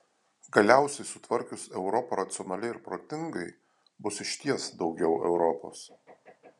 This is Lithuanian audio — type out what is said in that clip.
galiausiai sutvarkius europą racionaliai ir protingai bus išties daugiau europos